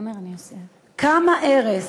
כמה ארס,